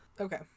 Okay